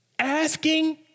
Asking